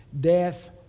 death